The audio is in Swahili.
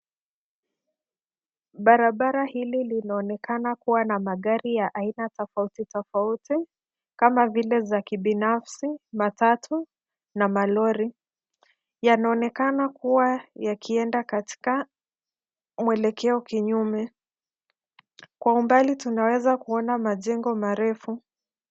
Barabara hili linaonekana kuwa na magari ya aina tofauti tofauti kama vile ya kibinafsi, matatu na malori. Yanaonekana kuwa yakienda katika mwelekeo kinyume. Kwa umbali tuneweza kuona majengo marefu.